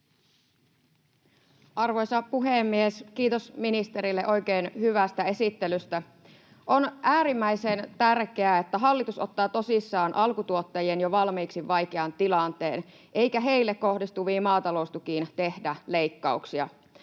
Arvoisa puhemies! Kiitos ministerille oikein hyvästä esittelystä. On äärimmäisen tärkeää, että hallitus ottaa tosissaan alkutuottajien jo valmiiksi vaikean tilanteen, eikä heille kohdistuviin maataloustukiin tehdä leikkauksia.